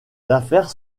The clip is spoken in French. affaires